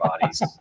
bodies